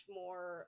more